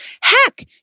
Heck